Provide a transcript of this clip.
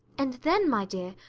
and then, my dear,